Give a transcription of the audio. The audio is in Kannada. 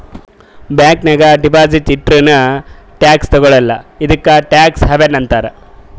ಬ್ಯಾಂಕ್ ನಾಗ್ ಡೆಪೊಸಿಟ್ ಇಟ್ಟುರ್ನೂ ಟ್ಯಾಕ್ಸ್ ತಗೊಳಲ್ಲ ಇದ್ದುಕೆ ಟ್ಯಾಕ್ಸ್ ಹವೆನ್ ಅಂತಾರ್